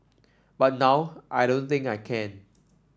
but now I don't think I can